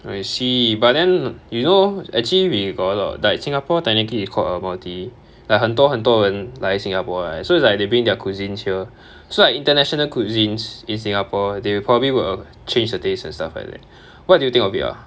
I see but then you know actually we got a lot like singapore technically is called a multi~ like 很多很多人来 singapore right so it's like they bring their cuisines here so like international cuisines in singapore they probably will change the taste and stuff like that what do you think of it ah